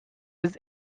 his